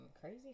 crazy